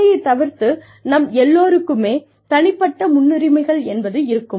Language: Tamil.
வேலையைத் தவிர்த்து நம் எல்லோருக்குமே தனிப்பட்ட முன்னுரிமைகள் என்பது இருக்கும்